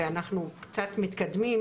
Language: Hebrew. אנחנו קצת מתקדמים